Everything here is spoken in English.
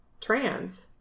trans